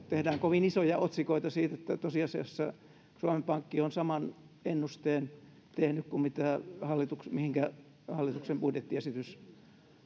tehdään kovin isoja otsikoita siitä että tosiasiassa suomen pankki on saman ennusteen tehnyt kuin mihinkä hallituksen budjettiesitys